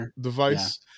device